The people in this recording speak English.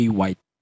White